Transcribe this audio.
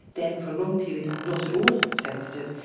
then for a long period not at all sensitive,